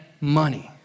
money